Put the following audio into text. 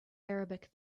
arabic